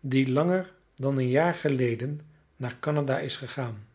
die langer dan een jaar geleden naar canada is gegaan